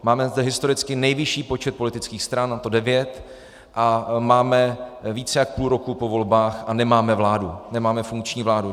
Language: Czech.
Máme zde historicky nejvyšší počet politických stran, a to devět, a máme více než půl roku po volbách a nemáme vládu, nemáme funkční vládu.